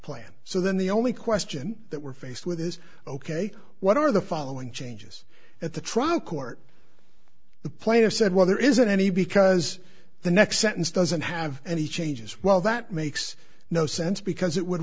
plan so then the only question that we're faced with is ok what are the following changes at the trial court the player said well there isn't any because the next sentence doesn't have any changes well that makes no sense because it would